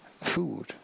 food